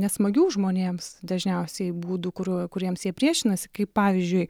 nesmagių žmonėms dažniausiai būdų kurių kuriems jie priešinasi kaip pavyzdžiui